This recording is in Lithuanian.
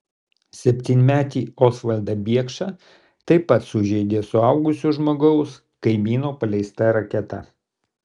septynmetį osvaldą biekšą taip pat sužeidė suaugusio žmogaus kaimyno paleista raketa